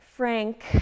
Frank